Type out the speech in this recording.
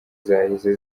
zahise